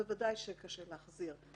ודאי שקשה להחזיר,